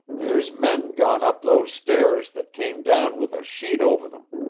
there's men gone up those stairs that came down with a sheet over them.